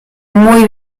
muy